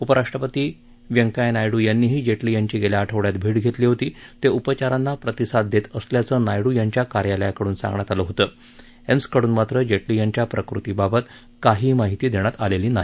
उपराष्ट्रपती व्यंकय्या नायडू यांनीही जेटली यांची गेल्या आठवड्यात भेट घेतली होती ते उपचारांना प्रतिसाद देत असल्याचं नायडू यांच्या कार्यालयाकडून सांगण्यात आलं होतं एम्सकडून मात्र जेटली यांच्या प्रकृतीबाबत काहीही माहिती देण्यात आली नाही